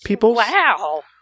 Wow